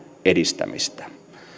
edistämistä